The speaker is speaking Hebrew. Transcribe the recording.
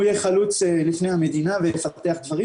יהיה חלוץ לפני המדינה ויפתח דברים,